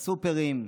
בסופרים,